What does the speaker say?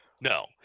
No